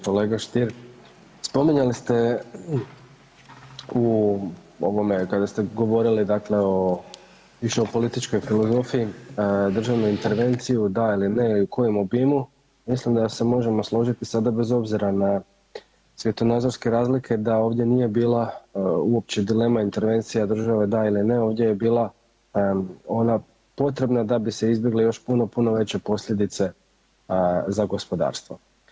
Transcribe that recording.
Kolega Stier, spominjali ste u ovome kada ste govorili više o političkoj filozofiji, državnu intervenciju da ili ne i u kojem obimu, mislim da se možemo složiti sada bez obzira na svjetonazorske razlike da ovdje nije bila uopće dilema intervencije da ili ne, ovdje je bila ona potrebna da bi se izbjegle još puno, puno veće posljedice za gospodarstvo.